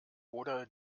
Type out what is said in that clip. oder